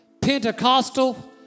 Pentecostal